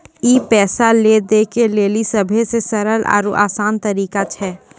ई पैसा लै दै के लेली सभ्भे से सरल आरु असान तरिका छै